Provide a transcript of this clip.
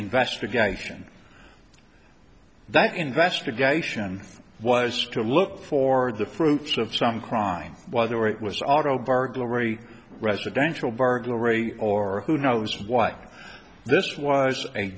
investigation that investigation was to look for the fruits of some crime while they were it was auto bar glory residential burglary or who knows why this was a